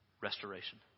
restoration